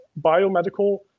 biomedical